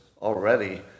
already